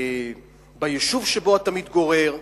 ביישוב שבו אתה מתגורר.